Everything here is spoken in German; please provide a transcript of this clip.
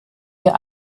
wir